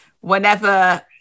Whenever